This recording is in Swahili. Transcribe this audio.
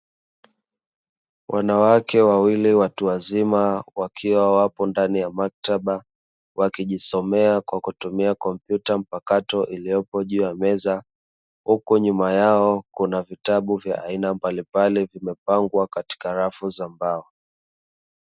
Wanawake wawili watu wazima wakiwa wapo ndani ya maktaba wakijisomea kwa kutumia kompyuta mpakato iliyopo juu ya meza, huku nyuma yao kuna vitabu vya aina mbalimbali vimepangwa katika rafu za mbao.